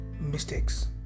mistakes